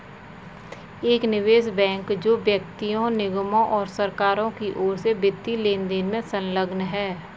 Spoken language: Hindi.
एक निवेश बैंक जो व्यक्तियों निगमों और सरकारों की ओर से वित्तीय लेनदेन में संलग्न है